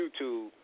YouTube